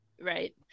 right